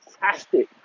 fantastic